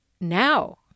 now